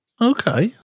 Okay